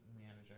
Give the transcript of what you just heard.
manager